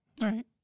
Right